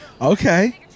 Okay